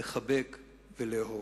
לחבק ולאהוב.